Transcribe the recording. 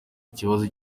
ikibazo